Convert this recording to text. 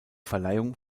verleihung